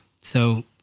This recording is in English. So-